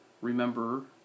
remember